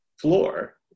floor